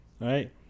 right